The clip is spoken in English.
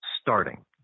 starting